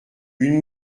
une